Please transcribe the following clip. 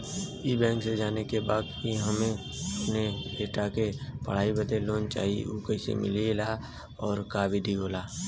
ई बैंक से जाने के बा की हमे अपने बेटा के पढ़ाई बदे लोन चाही ऊ कैसे मिलेला और का विधि होला?